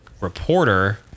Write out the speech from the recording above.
reporter